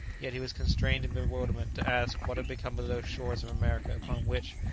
yet he was constrained in bewilderment to ask, what had become of those shores of america upon which,